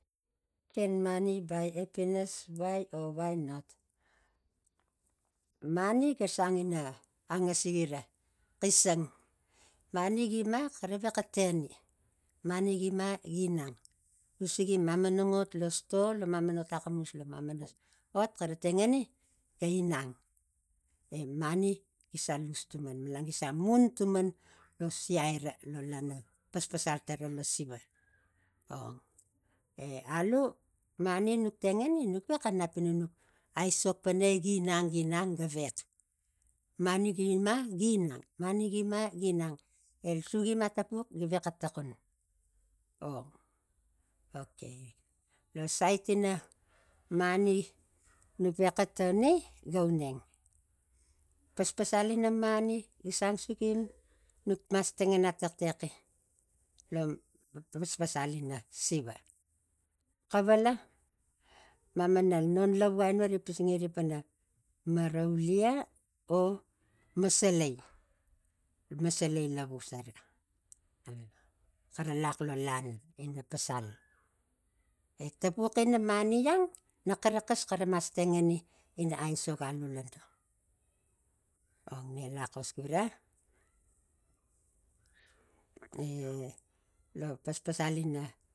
mani ga gang ina angasigira xisang mani gima xara vexa tangi mani gi nang usigi mamana ot lo sto lo mamana ngot lo mamana ngot xara tengi ga inang mani gi se ius tuman malan gi se mun tuman lo sirai ro lo lana paspasal sura lo siva o e aiu mani nuk tengani nuk vexa nap ina nuk aisok pana enginang ginang gavex mani gima gi inang mani gi imagi inang e sugim ata pux gi vexa tokon o okei lo sait ina mani nuk vexa toni ga uneng paspasal ina mani gi sang sugim nuk mas tengana taxtex lo paspasal ina siva xaval mamanan non lavu ai no riga pisingiri pana maraulia or masalai masalai lavu sava a xara lax lo lana ina pasal e tapuxini mani ang naxara xas xara mas tengani ina aisok alu lono ong ne laxos gura e- e- e- e lo paspasal ina